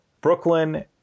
Brooklyn